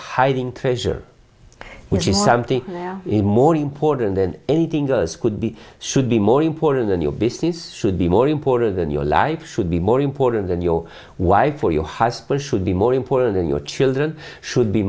hiding treasure which is something in more important then anything goes could be should be more important than your business should be more important than your life should be more important than your wife or your husband should be more important than your children should be